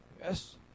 yes